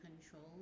control